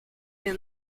and